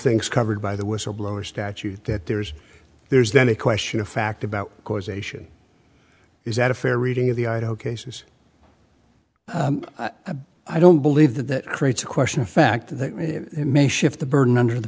things covered by the whistleblower statute that there's there's then a question of fact about causation is that a fair reading of the cases i don't believe that that creates a question of fact that may shift the burden under the